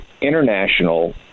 international